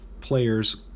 players